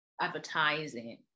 advertising